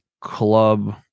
Club